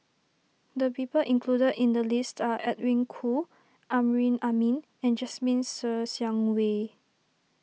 the people included in the list are Edwin Koo Amrin Amin and Jasmine Ser Xiang Wei